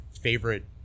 favorite